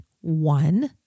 one